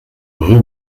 rue